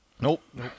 Nope